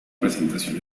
presentación